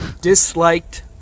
Disliked